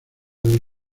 del